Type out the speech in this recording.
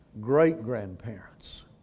great-grandparents